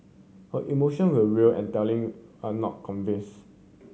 her emotion were real and telling and not convince